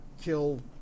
kill